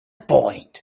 point